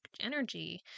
energy